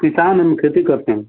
किसान हम खेती करते हैं